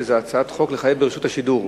שזאת הצעת חוק לחייב ברשות השידור,